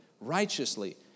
righteously